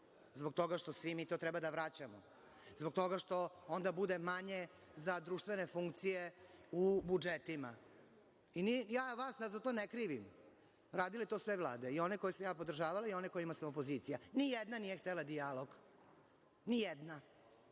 zbog toga što svi mi to treba da vraćamo, zbog toga što onda bude manje za društvene funkcije u budžetima. Ne krivim vas za to, radile to sve vlade, i one koje sam ja podržavala i one kojima sam opozicija. Ni jedna nije htela dijalog. Nijedna,